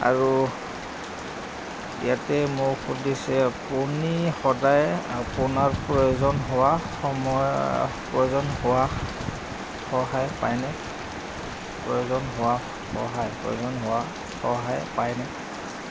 আৰু ইয়াতে মোৰ সুধিছে আপুনি সদায় আপোনাৰ প্ৰয়োজন হোৱা সময় প্ৰয়োজন হোৱা সহায় পায়নে প্ৰয়োজন হোৱা সহায় প্ৰয়োজন হোৱা সহায় পায়নে